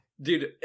Dude